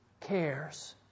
cares